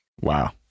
wow